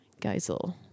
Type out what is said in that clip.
Geisel